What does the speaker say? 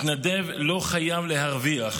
מתנדב לא חייב להרוויח,